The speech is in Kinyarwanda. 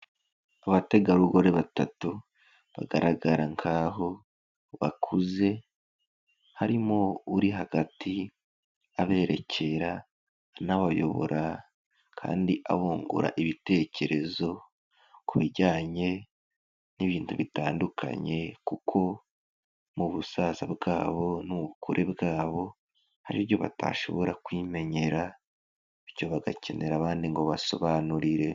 Abategarugori batatu bagaragara nk'aho bakuze, harimo uri hagati aberekera anabayobora kandi abungura ibitekerezo ku bijyanye n'ibintu bitandukanye, kuko mu busaza bwabo n'ubukure bwabo hari ibyo batashobora kwimenyera bityo bagakenera abandi ngo basobanurire.